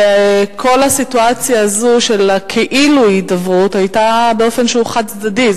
שכל הסיטואציה הזאת של הכאילו-הידברות היתה באופן שהוא חד-צדדי.